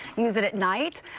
use it at night.